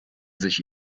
sich